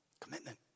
Commitment